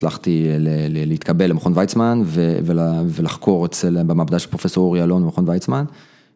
הצלחתי להתקבל למכון ויצמן ולחקור אצל במעבדה של פרופ' אורי אלון במכון ויצמן.